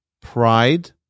pride